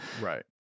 right